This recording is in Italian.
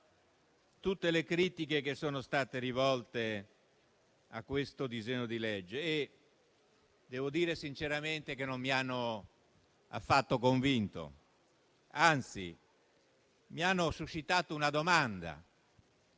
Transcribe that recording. tutte le critiche che sono state rivolte al disegno di legge e devo dire sinceramente che non mi hanno affatto convinto. Mi hanno suscitato invece una domanda